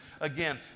Again